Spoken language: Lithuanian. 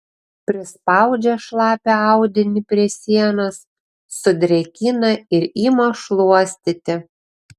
prispaudžia šlapią audinį prie sienos sudrėkina ir ima šluostyti